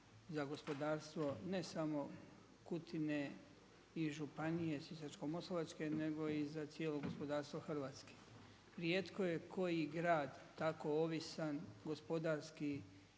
za gospodarstvo ne samo Kutine i županije Sisačko-moslavačke, nego i za cijelo gospodarstvo Hrvatske. Rijetko je koji grad tako ovisan gospodarski